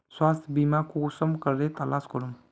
स्वास्थ्य बीमा कुंसम करे तलाश करूम?